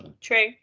True